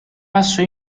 passò